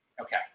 Okay